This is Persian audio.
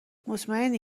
مطمئنی